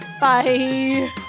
bye